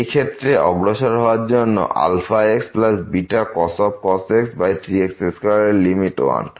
এই ক্ষেত্রে অগ্রসর হওয়ার জন্য secx βcos x 3x2 এর লিমিট 1